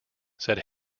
said